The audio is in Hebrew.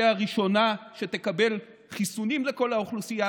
הראשונה שתקבל חיסונים לכל האוכלוסייה?